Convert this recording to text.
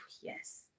yes